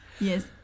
Yes